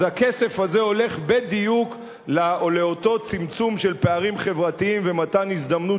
אז הכסף הזה הולך בדיוק לאותו צמצום של פערים חברתיים ומתן הזדמנות